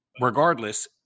regardless